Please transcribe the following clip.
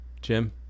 Jim